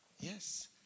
Yes